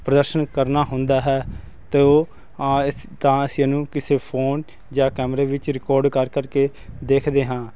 ਪ੍ਰਦਰਸ਼ਨ ਕਰਨਾ ਹੁੰਦਾ ਹੈ ਤਾਂ ਉਹ ਆ ਇਸ ਤਾਂ ਅਸੀਂ ਇਹਨੂੰ ਕਿਸੇ ਫੋਨ ਜਾਂ ਕੈਮਰੇ ਵਿੱਚ ਰਿਕਾਰਡ ਕਰ ਕਰਕੇ ਦੇਖਦੇ ਹਾਂ